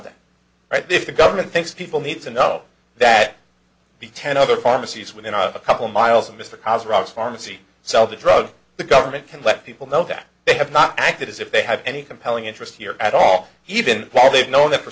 that if the government thinks people need to know that the ten other pharmacies within a couple miles of mr cause rob's pharmacy sell the drug the government can let people know that they have not acted as if they have any compelling interest here at all even while they know that for